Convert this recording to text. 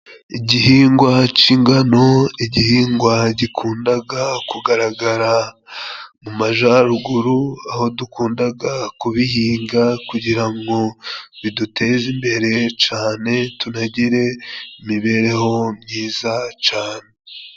Igihingwa c'ingano, igihingwa gikundaga kugaragara mu majaruguru, aho dukundaga kubihinga kugira ngo biduteze imbere cane, tunagire imibereho myiza cane.